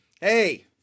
Hey